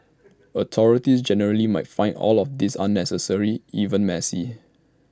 authorities generally might find all of this unnecessary even messy